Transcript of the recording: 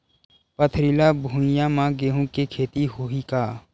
पथरिला भुइयां म गेहूं के खेती होही का?